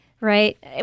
Right